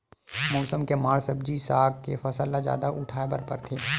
मउसम के मार म सब्जी साग के फसल ल जादा उठाए बर परथे